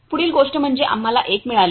पुढील गोष्ट म्हणजे आम्हाला एक मिळाले